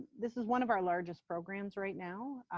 this is one of our largest programs right now,